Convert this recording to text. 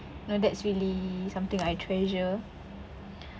you know that's really something I treasure